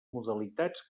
modalitats